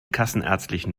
kassenärztlichen